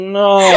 no